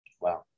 Wow